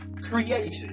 Created